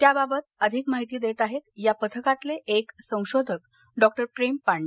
त्याबाबत अधिक माहिती देत आहेत या पथकातले एक संशोधक डॉक्टर प्रेम पांडे